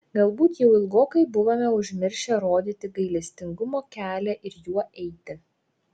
galbūt jau ilgokai buvome užmiršę rodyti gailestingumo kelią ir juo eiti